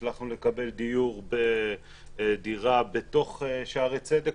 הצלחנו לקבל דיור בדירה בתוך שערי צדק.